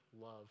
love